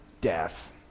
death